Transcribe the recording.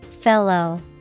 Fellow